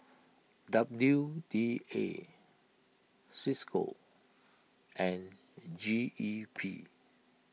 W D A Cisco and G E P